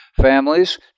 families